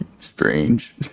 strange